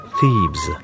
Thebes